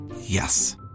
Yes